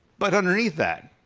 but underneath that,